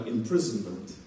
Imprisonment